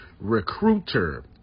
recruiter